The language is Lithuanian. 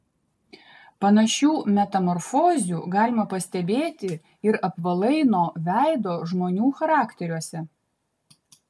panašių metamorfozių galima pastebėti ir apvalaino veido žmonių charakteriuose